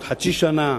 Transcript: עוד חצי שנה,